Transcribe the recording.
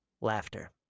Laughter